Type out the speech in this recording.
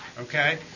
okay